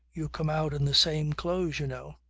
you come out in the same clothes, you know.